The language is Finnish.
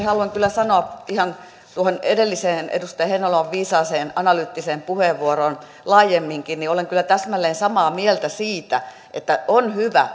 haluan kyllä sanoa ihan tuohon edelliseen edustaja heinäluoman viisaaseen analyyttiseen puheenvuoroon laajemminkin että olen kyllä täsmälleen samaa mieltä siitä että on hyvä